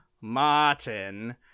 Martin